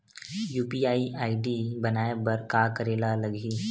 UPI ID बनाये बर का करे ल लगही?